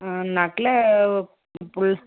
நட்டில் புல்